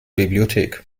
bibliothek